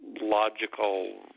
logical